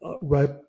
right